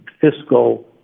fiscal